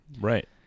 right